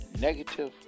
negative